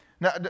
now